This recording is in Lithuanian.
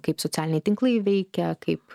kaip socialiniai tinklai veikia kaip